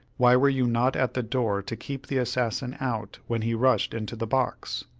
why were you not at the door to keep the assassin out when he rushed into the box?